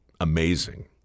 amazing